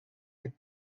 eut